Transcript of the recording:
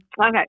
Okay